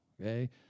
okay